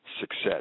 success